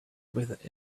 with